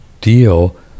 deal